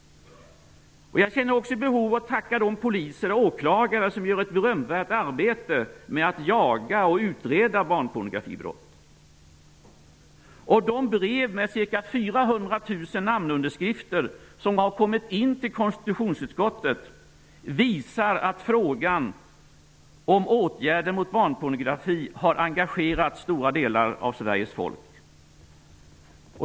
Jag känner också ett behov att tacka de poliser och åklagare som gör ett berömvärt arbete med att jaga och utreda barnpornografibrott. De brev med ca 400 000 namnunderskrifter som har kommit in till konstitutionsutskottet visar att frågan om åtgärder mot barnpornografi har engagerat stora delar av Sveriges folk.